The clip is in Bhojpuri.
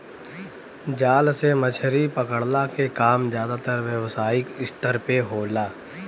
जाल से मछरी पकड़ला के काम जादातर व्यावसायिक स्तर पे होला